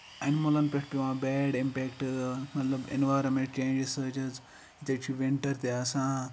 اینملن پٮ۪ٹھ پیوان bad impact مطلب اینوارمینٹ چینجٔز سۭتۍ حظ ییٚتہِ حظ چھُ وِنٹ تہِ آسان